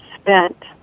spent